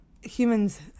humans